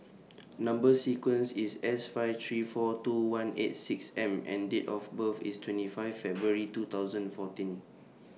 Number sequence IS S five three four two one eight six M and Date of birth IS twenty five February two thousand fourteen